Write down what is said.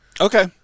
Okay